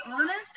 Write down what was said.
honest